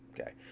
Okay